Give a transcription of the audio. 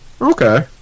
Okay